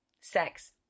sex